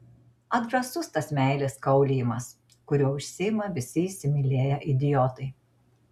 atgrasus tas meilės kaulijimas kuriuo užsiima visi įsimylėję idiotai